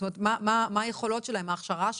זאת אומרת, מה היכולות שלהם, מה ההכשרה שלהם?